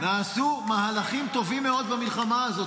שנעשו מהלכים טובים מאוד במלחמה הזאת,